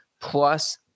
plus